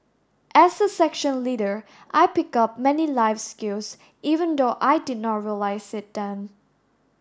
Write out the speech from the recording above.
as a section leader I picked up many life skills even though I did not realise it then